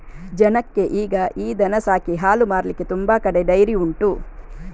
ಜನಕ್ಕೆ ಈಗ ಈ ದನ ಸಾಕಿ ಹಾಲು ಮಾರ್ಲಿಕ್ಕೆ ತುಂಬಾ ಕಡೆ ಡೈರಿ ಉಂಟು